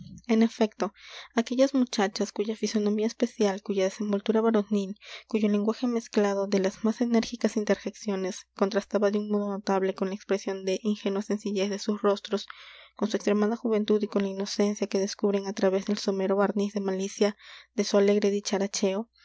en efecto aquellas muchachas cuya fisonomía especial cuya desenvoltura varonil cuyo lenguaje mezclado de las más enérgicas interjecciones contrastaba de un modo notable con la expresión de ingenua sencillez de sus rostros con su extremada juventud y con la inocencia que descubren á través del somero barniz de malicia de su alegre dicharacheo